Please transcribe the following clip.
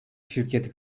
şirketi